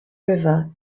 river